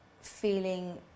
Feeling